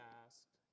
asked